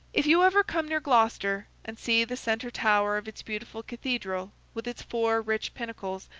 if you ever come near gloucester, and see the centre tower of its beautiful cathedral, with its four rich pinnacles,